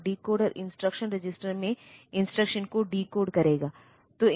और decoder instruction register में instruction को डिकोड करेगा